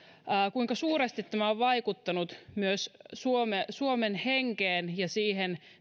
kuinka suuresti tämä on vaikuttanut myös suomen henkeen ja siihen